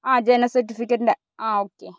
ആ ജനന സർട്ടിഫിക്കറ്റിൻ്റെ ആ ഓക്കെ